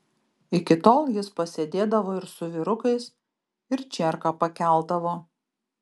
iki tol jis pasėdėdavo ir su vyrukais ir čierką pakeldavo